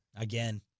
again